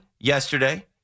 yesterday